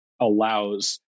allows